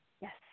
Yes